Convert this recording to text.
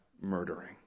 murdering